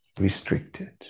restricted